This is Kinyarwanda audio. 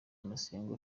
masengo